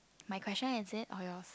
my question is it or yours